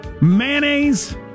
mayonnaise